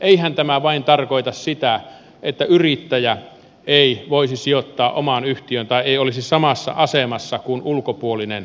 eihän tämä vain tarkoita sitä että yrittäjä ei voisi sijoittaa omaan yhtiöön tai ei olisi samassa asemassa kuin ulkopuolinen sijoittaja